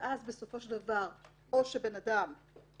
ואז בסופו של דבר אם אדם הורשע,